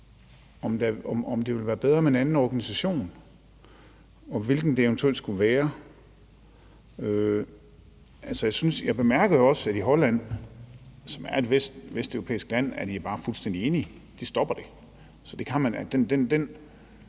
om det vil være bedre med en anden organisation, og hvilken det eventuelt skulle være. Jeg bemærker jo også, at i Holland, som er et vesteuropæisk land, er de bare fuldstændig enige; de stopper det. Så den holdning